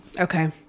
Okay